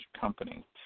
company